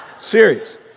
Serious